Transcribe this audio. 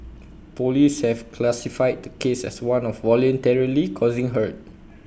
Police have classified the case as one of voluntarily causing hurt